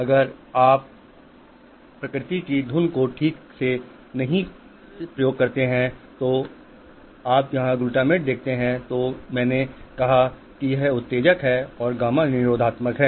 आप अगर नेचर को ठीक से ट्यून नहीं करते है अगर आप यहाँ ग्लूटामेट देख रहे हैं तो मैंने कहा कि यह उत्तेजक है और गामा निरोधात्मक है